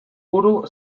buru